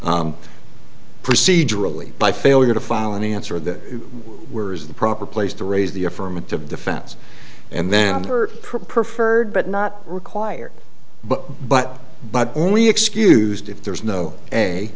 procedurally by failure to file an answer that were is the proper place to raise the affirmative defense and then her preferred but not required but but but only excused if there is no